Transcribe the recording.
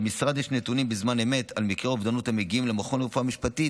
למשרד יש נתונים בזמן אמת על מקרי אובדנות המגיעים למכון לרפואה משפטית,